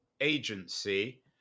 agency